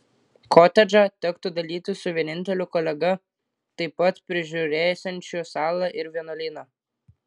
kotedžą tektų dalytis su vieninteliu kolega taip pat prižiūrėsiančiu salą ir vienuolyną